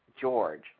George